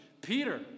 Peter